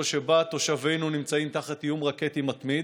שבה תושבינו נמצאים תחת איום רקטי מתמיד,